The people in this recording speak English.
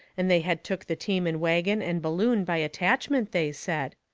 and they had took the team and wagon and balloon by attachment, they said.